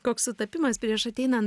koks sutapimas prieš ateinant